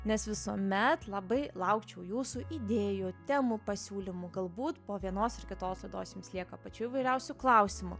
nes visuomet labai laukčiau jūsų idėjų temų pasiūlymų galbūt po vienos ar kitos laidos jums lieka pačių įvairiausių klausimų